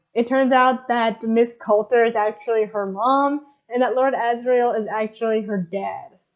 it turns out that miss coulter is actually her mom and that lord asriel is actually her dad.